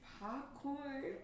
popcorn